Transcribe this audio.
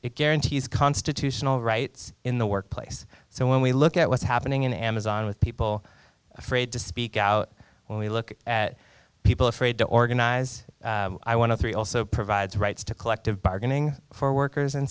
it guarantees constitutional rights in the workplace so when we look at what's happening in the amazon with people afraid to speak out when we look at people afraid to organize i want to three also provides rights to collective bargaining for workers in